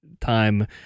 time